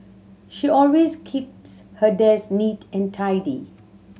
she always keeps her desk neat and tidy